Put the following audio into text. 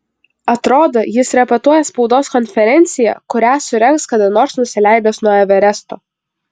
atrodo jis repetuoja spaudos konferenciją kurią surengs kada nors nusileidęs nuo everesto